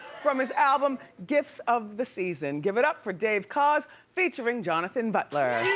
from his album gifts of the season, give it up for dave koz featuring jonathan butler.